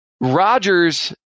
Rodgers